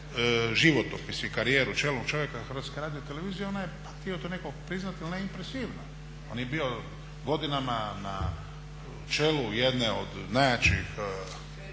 životopis i karijeru čelnog čovjeka HRT-a ona je pa htio to netko priznati ili ne ona je impresivna. On je bio godinama na čelu jedne od najjačih